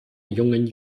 jungen